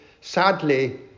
sadly